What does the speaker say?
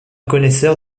connaisseur